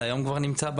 היום זה כבר נמצא.